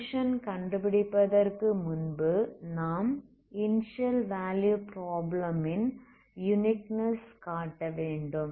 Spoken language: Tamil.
சொலுயுஷன் கண்டுபிடிப்பதற்கு முன்பு நாம் இனிஸியல் வேல்யூ ப்ராப்ளம் ன் யுனிக்னெஸ் காட்டவேண்டும்